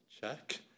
check